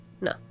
no